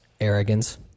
Arrogance